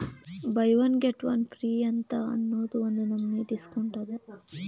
by one get one free ಅಂತ್ ಅನ್ನೂದು ಒಂದ್ ನಮನಿ ಡಿಸ್ಕೌಂಟ್ ಅದ